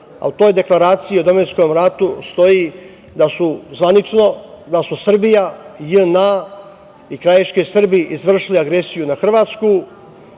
U toj deklaraciji o domovinskom ratu stoji, zvanično, da su Srbija, JNA i krajiški Srbi izvršili agresiju na Hrvatsku,